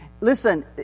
Listen